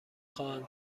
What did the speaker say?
خواهم